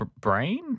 brain